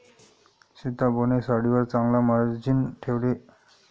सीताबोने साडीवर चांगला मार्जिन ठेवले